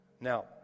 Now